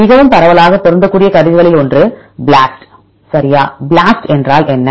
மிகவும் பரவலாக பொருந்தக்கூடிய கருவிகளில் ஒன்று BLAST சரியா BLAST என்றால் என்ன